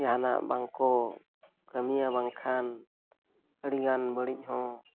ᱡᱟᱦᱟᱱᱟᱜ ᱵᱟᱝᱠᱚ ᱠᱟᱹᱢᱤᱭᱟ ᱵᱟᱝᱠᱷᱟᱱ ᱟᱹᱰᱤᱜᱟᱱ ᱵᱟᱹᱲᱤᱡ ᱦᱚᱸ